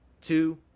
Two